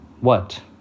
What